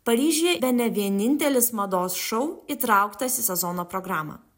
paryžiuje bene vienintelis mados šou įtrauktas į sezono programą